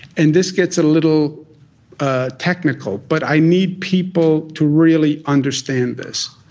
and this gets a little ah technical, but i need people to really understand this.